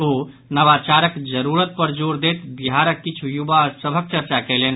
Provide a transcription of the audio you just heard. ओ नवाचारक जरूरत पर जोर दैत बिहारक किछु युवा सभक चर्चा कयलनि